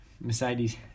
mercedes